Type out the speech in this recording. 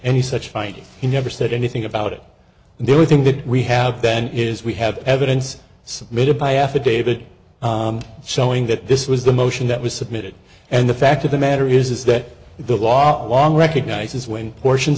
any such finding he never said anything about it and there were things that we have then is we have evidence submitted by affidavit showing that this was the motion that was submitted and the fact of the matter is is that the law along recognizes when portions